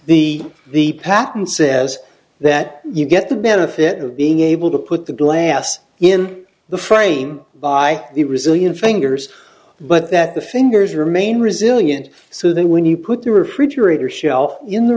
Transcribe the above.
the the patent says that you get the benefit of being able to put the glass in the frame by the resilient fingers but that the fingers remain resilient so that when you put the refrigerator shelf in the